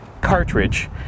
cartridge